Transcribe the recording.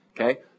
Okay